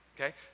Okay